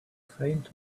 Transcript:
faint